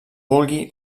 vulgui